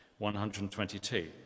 122